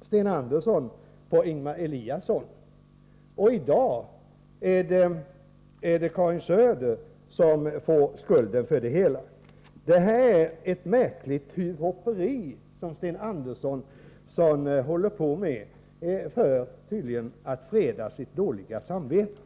Sten Andersson på Ingemar Eliasson. I dag är det Karin Söder som får skulden. Det här är ett märkligt tuvhopperi som Sten Andersson håller på med, tydligen för att freda sitt dåliga samvete.